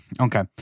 okay